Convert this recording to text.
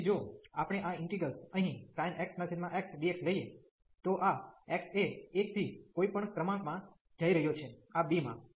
તેથી જો આપણે આ ઇન્ટિગ્રેલ્સ અહીં sin x xdx લઈએ તો આ x એ 1 થી કોઈપણ ક્રમાંકમાં જઈ રહ્યો છે આ b માં